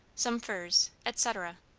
some furs, etc.